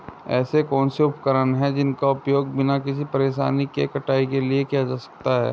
ऐसे कौनसे उपकरण हैं जिनका उपयोग बिना किसी परेशानी के कटाई के लिए किया जा सकता है?